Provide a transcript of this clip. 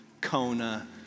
Kona